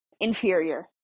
inferior